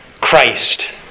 Christ